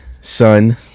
son